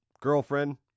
Girlfriend